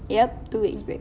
yup two weeks break